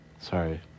Sorry